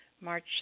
March